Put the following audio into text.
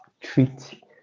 treat